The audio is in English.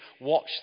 watch